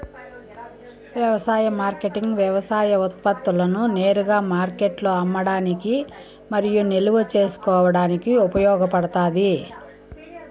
వ్యవసాయ మార్కెటింగ్ వ్యవసాయ ఉత్పత్తులను నేరుగా మార్కెట్లో అమ్మడానికి మరియు నిల్వ చేసుకోవడానికి ఉపయోగపడుతాది